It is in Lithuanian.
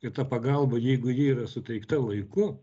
ir ta pagalba jeigu ji yra suteikta laiku